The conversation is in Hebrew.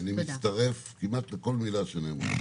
אני מצטרף כמעט לכל מילה שנאמרה.